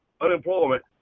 unemployment